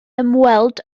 ymweld